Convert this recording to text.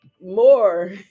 more